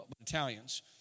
Italians